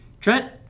Trent